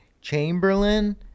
Chamberlain